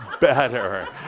better